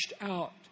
out